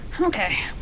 Okay